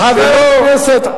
חבר הכנסת,